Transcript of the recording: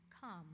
come